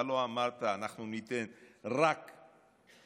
אתה לא אמרת: אנחנו ניתן רק קצבאות,